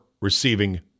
receiving